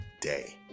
day